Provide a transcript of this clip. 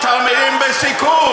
חוק נהרי הוא חוק